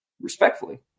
respectfully